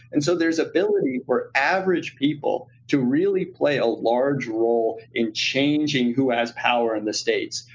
and so there's ability for average people to really play a large role in changing who has power in the states,